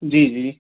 जी जी